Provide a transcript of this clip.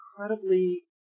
incredibly